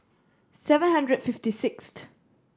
seven hundred fifty sixth